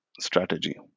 strategy